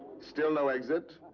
still no exit?